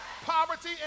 poverty